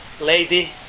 lady